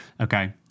Okay